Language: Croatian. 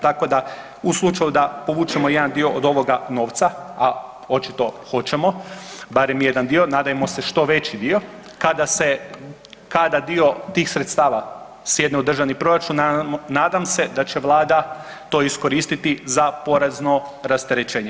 Tako da u slučaju da povučemo jedan dio od ovoga novca, a očito hoćemo barem jedan dio, nadajmo se što veći dio, kada se, kada dio tih sredstava sjedne u državni proračun nadam se da će Vlada to iskoristiti za porezno rasterećenje.